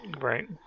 Right